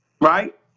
right